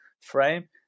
frame